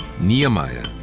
Nehemiah